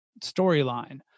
storyline